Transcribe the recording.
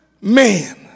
man